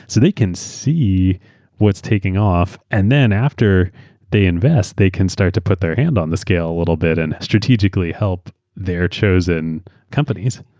so they can see what's taking off. and after they invest, they can start to put their hand on the scale a little bit and strategically help their chosen companies.